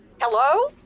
Hello